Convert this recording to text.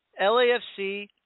LAFC